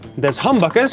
there's humbuckers